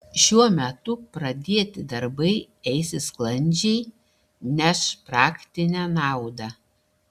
šiuo metu pradėti darbai eisis sklandžiai neš praktinę naudą